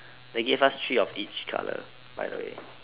they give us three of each colour by the way